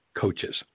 coaches